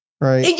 right